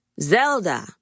Zelda